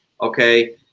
Okay